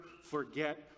forget